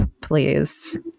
please